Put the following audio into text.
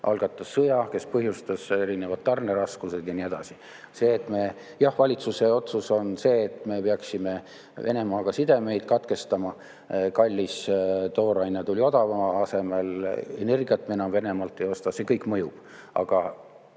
algatas sõja, kes on põhjustanud erinevad tarneraskused ja nii edasi. Jah, valitsuse otsus oli see, et me peaksime Venemaaga sidemed katkestama. Kallis tooraine tuli odavama asemele, energiat me enam Venemaalt ei osta – see kõik mõjub.